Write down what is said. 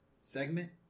segment